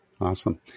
Awesome